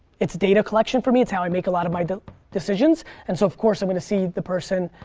it's data collection for me. it's how i make a lot of my decisions and so of course i'm gonna see the person.